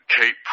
keep